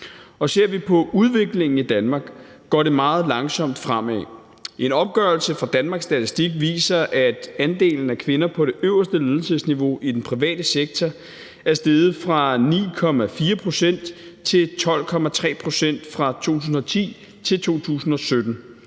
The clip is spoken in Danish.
ser vi på udviklingen i Danmark, går det meget langsomt fremad. I en opgørelse fra Danmarks Statistik viser det sig, at andelen af kvinder på det øverste ledelsesniveau i den private sektor er steget fra 9,4 pct. til 12,3 pct. fra 2010 til 2017,